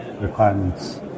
requirements